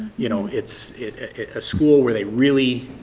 you know, it's a school where they really